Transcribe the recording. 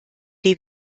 die